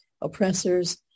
oppressors